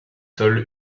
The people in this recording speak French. sols